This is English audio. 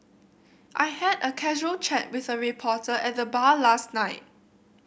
I had a casual chat with a reporter at the bar last night